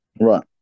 Right